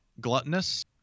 gluttonous